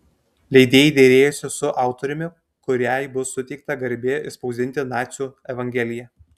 leidėjai derėjosi su autoriumi kuriai bus suteikta garbė išspausdinti nacių evangeliją